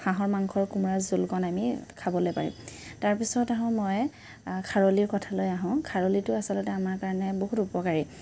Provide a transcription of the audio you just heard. হাঁহৰ মাংসৰ কোমোৰা জোলকণ আমি খাবলৈ পাৰিম তাৰপিছত আহো মই খাৰলিৰ কথালৈ আহো খাৰলিটো আচলতে আমাৰ কাৰণে বহুত উপকাৰী